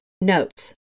notes